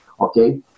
okay